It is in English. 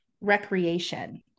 Recreation